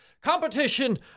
competition